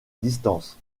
distance